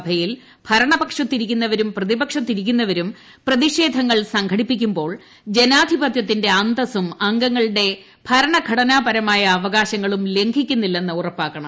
സഭയിൽ ഭരണപക്ഷത്തിരിക്കുന്നവരും പ്രതിപക്ഷത്തിരിക്കുന്നവരും പ്രതിഷേധങ്ങൾ സംഘടിപ്പിക്കുമ്പോൾ ജനാധിപത്യത്തിന്റെ അന്തസ്സും അംഗങ്ങളുടെ ഭരണഘടനാപരമായ അവകാശങ്ങളും ലംഘിക്കുന്നില്ലെന്ന് ഉറപ്പാക്കണം